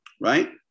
Right